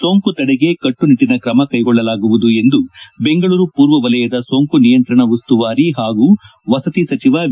ಸೋಂಕು ತಡೆಗೆ ಕಟ್ಟುನಿಟ್ಲಿನ ಕ್ರಮ ಕೈಗೊಳ್ಳಲಾಗುವುದು ಎಂದು ಬೆಂಗಳೂರು ಪೂರ್ವ ವಲಯದ ಸೋಂಕು ನಿಯಂತ್ರಣ ಉಸ್ತುವಾರಿ ಹಾಗೂ ವಸತಿ ಸಚಿವ ವಿ